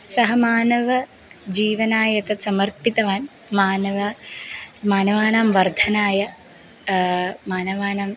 सः मानवजीवनम् एतत् समर्पितवान् मानवः मानवानां वर्धनाय मानवानाम्